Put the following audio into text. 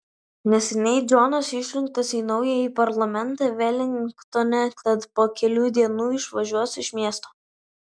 neseniai džonas išrinktas į naująjį parlamentą velingtone tad po kelių dienų išvažiuos iš miesto